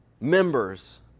members